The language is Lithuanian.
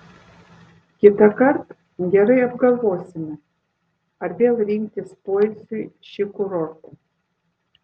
kitąkart gerai apgalvosime ar vėl rinktis poilsiui šį kurortą